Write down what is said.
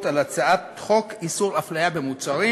על הצעת חוק איסור הפליה במוצרים,